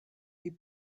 die